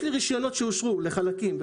יש לי רישיונות שאושרו לחלקים,